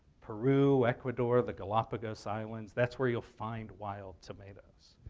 peru, ecuador, the galapagos islands. that's where you'll find wild tomatoes.